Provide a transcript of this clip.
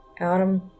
Adam